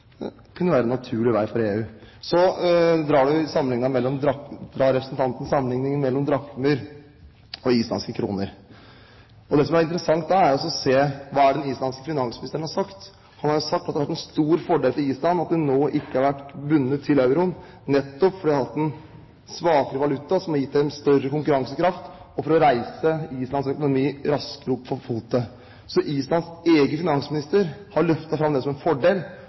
kunne være en naturlig vei for EU? Så drar representanten sammenlikningen mellom drakmer og islandske kroner. Det som da er interessant, er å se hva den islandske finansministeren har sagt. Han har sagt at det har vært en stor fordel for Island at de ikke har vært bundet til euroen, nettopp fordi de har hatt en svakere valuta som har gitt dem større konkurransekraft og mulighet til å reise Islands økonomi raskere opp på fote. Islands egen finansminister har altså løftet fram som en fordel,